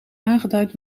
aangeduid